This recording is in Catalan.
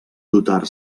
dotar